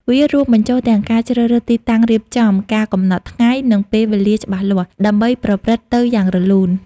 វារួមបញ្ចូល ទាំងការជ្រើសរើសទីតាំងរៀបចំ ការកំណត់ថ្ងៃ និងពេលវេលាច្បាស់លាស់ ដើម្បីប្រព្រឹត្តិទៅយ៉ាងរលូន។